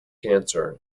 cancer